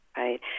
Right